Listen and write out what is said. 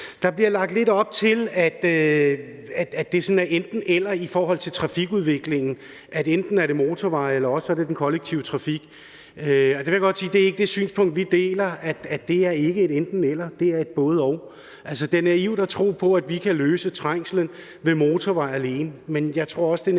Der bliver lagt lidt op til, at det sådan er enten-eller i trafikudviklingen – at enten er det motorveje, eller også er det den kollektive trafik. Og der vil jeg godt sige, at det ikke er et synspunkt, vi deler. Det er ikke et enten-eller; det er et både-og. Altså, det er naivt at tro, at vi kan løse trængslen med motorveje alene,